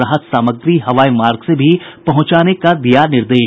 राहत सामग्री हवाई मार्ग से भी पहुंचाने का दिया निर्देश